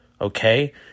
Okay